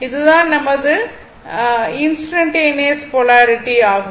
இது தான் நமது இது இன்ஸ்டன்டனியஸ் போலாரிட்டி ஆகும்